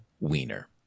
wiener